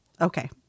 Okay